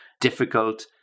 difficult